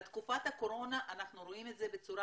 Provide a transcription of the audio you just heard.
בתקופת הקורונה אנחנו רואים את זה בצורה